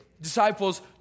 disciples